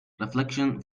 reflection